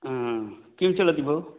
किं चलति भोः